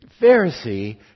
Pharisee